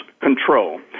control